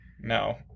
No